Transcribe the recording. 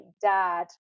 dad